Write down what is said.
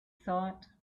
thought